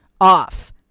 off